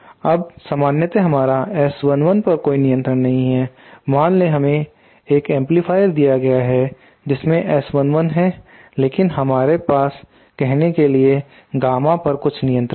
अब सामान्यतः हमारा S11 पर कोई नियंत्रण नहीं है मान ले हमें एक एम्पलीफायर दिया गया है जिसमें S11 है लेकिन हमारे पास कहने के लिए गामा पर कुछ नियंत्रण है